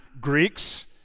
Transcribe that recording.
Greeks